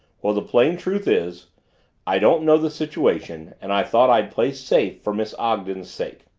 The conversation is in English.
well, the plain truth is i didn't know the situation and i thought i'd play safe for miss ogden's sake.